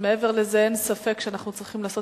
ומעבר לזה אין ספק שאנחנו צריכים לעשות